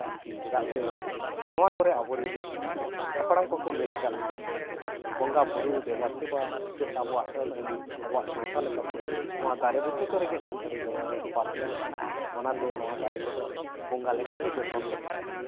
ᱪᱮᱫᱟᱜ ᱥᱮ ᱟᱵᱚ ᱨᱤᱱ ᱦᱟᱯᱲᱟᱢ ᱠᱚᱠᱚ ᱞᱟᱹᱭᱟᱫ ᱞᱮᱠᱟᱛᱮ ᱵᱚᱸᱜᱟᱼᱵᱳᱨᱳ ᱫᱮᱵᱟ ᱥᱮᱵᱟ ᱥᱮ ᱟᱵᱚᱣᱟᱜ ᱟᱹᱱ ᱟᱹᱨᱤ ᱥᱟᱶᱛᱟ ᱞᱮᱠᱟᱛᱮ ᱱᱚᱣᱟ ᱫᱟᱨᱮ ᱵᱩᱴᱟᱹ ᱠᱚᱨᱮᱜᱮ ᱟᱹᱱ ᱟᱹᱨᱤ ᱫᱚ ᱯᱟᱥ ᱞᱮᱱᱟ ᱚᱱᱟᱛᱮ ᱱᱚᱣᱟ ᱫᱟᱨᱮ ᱠᱚᱫᱚ ᱵᱚᱸᱜᱟ ᱞᱮᱠᱟᱜᱮ ᱡᱚᱛᱚᱱ ᱞᱟᱹᱠᱛᱤᱜ ᱠᱟᱱᱟ